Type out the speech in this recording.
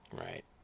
Right